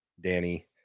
Danny